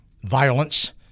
violence